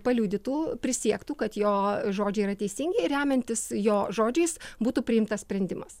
paliudytų prisiektų kad jo žodžiai yra teisingi remiantis jo žodžiais būtų priimtas sprendimas